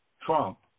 Trump